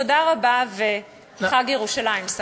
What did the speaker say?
תודה רבה, וחג ירושלים שמח.